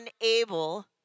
unable